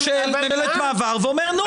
נכון.